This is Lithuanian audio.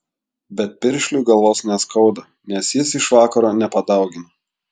bet piršliui galvos neskauda nes jis iš vakaro nepadaugino